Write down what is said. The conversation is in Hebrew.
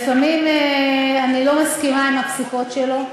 לפעמים אני לא מסכימה עם הפסיקות שלו,